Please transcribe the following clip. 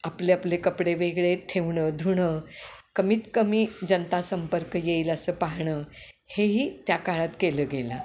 आपले आपले कपडे वेगळे ठेवणं धुणं कमीतकमी जनता संपर्क येईल असं पाहणं हेही त्या काळात केलं गेल